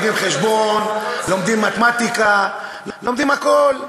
לומדים חשבון, לומדים מתמטיקה, לומדים הכול.